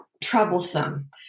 troublesome